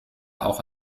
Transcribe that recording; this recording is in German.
auch